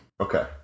Okay